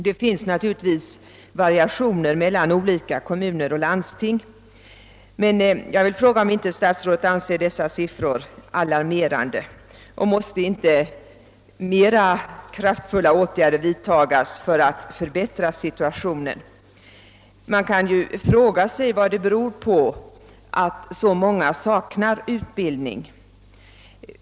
Det finns naturligtvis variationer mellan olika kommuner och landsting, men jag undrar ändå om inte statsrådet anser dessa siffror vara alarmerande. Måste inte mera kraftfulla åtgärder vidtas för att förbättra situationen? Vad kan det bero på att så många saknar utbildning?